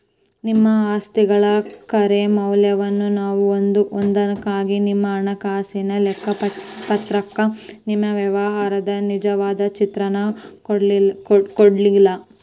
ನಿಮ್ಮ ಆಸ್ತಿಗಳ ಖರೆ ಮೌಲ್ಯವನ್ನ ನೇವು ಹೊಂದೊತನಕಾ ನಿಮ್ಮ ಹಣಕಾಸಿನ ಲೆಕ್ಕಪತ್ರವ ನಿಮ್ಮ ವ್ಯವಹಾರದ ನಿಜವಾದ ಚಿತ್ರಾನ ಕೊಡಂಗಿಲ್ಲಾ